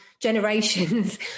generations